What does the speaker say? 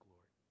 Lord